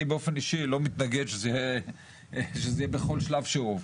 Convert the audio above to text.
אני באופן אישי לא מתנגד שזה יהיה בכל שלב שהוא,